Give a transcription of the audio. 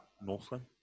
Northland